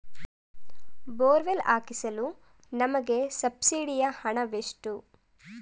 Borewell ಹಾಕಿಸಲು ನಮಗೆ ಸಬ್ಸಿಡಿಯ ಹಣವೆಷ್ಟು?